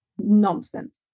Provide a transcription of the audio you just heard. nonsense